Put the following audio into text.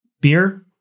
beer